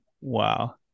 wow